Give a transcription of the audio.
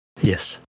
Yes